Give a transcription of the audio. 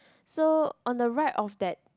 so on the right of that